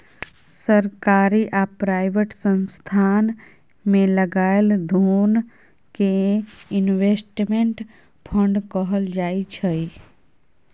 सरकारी आ प्राइवेट संस्थान मे लगाएल धोन कें इनवेस्टमेंट फंड कहल जाय छइ